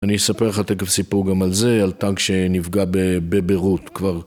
אני אספר לך תכף סיפרו גם על זה, על טנק שנפגע בביירות כבר.